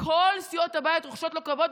שכל סיעות הבית רוחשות לו כבוד,